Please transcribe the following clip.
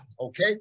okay